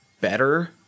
better